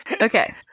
Okay